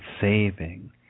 saving